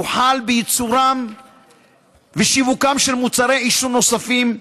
הוחל בייצורם ושיווקם של מוצרי עישון נוספים,